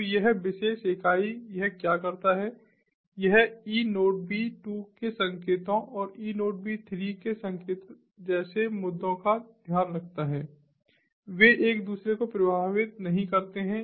तो यह विशेष इकाई यह क्या करता है यह eNodeB 2 के संकेतों और eNodeB 3 के संकेत जैसे मुद्दों का ध्यान रखता है वे एक दूसरे को प्रभावित नहीं करते हैं